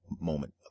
moment